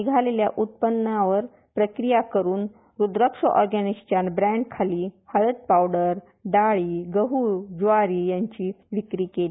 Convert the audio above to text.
निघालेल्या उत्पन्नावर प्रक्रिया करुन रुद्राक्ष ऑर्गनिकच्या ब्रँड खाली हळद पावडर डाळी गहु ज्वारी यांची विक्री केली